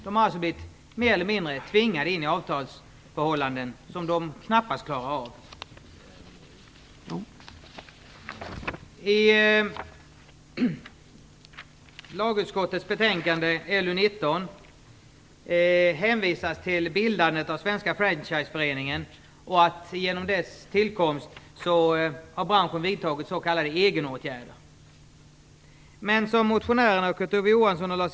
De har mer eller mindre blivit tvingade in i avtalsförhållanden som de knappast klarar av. I lagutskottets betänkande LU19 hänvisas till bildandet av Svenska Franchiseföreningen. Genom dess tillkomst har branschen vidtagit s.k. egenåtgärder.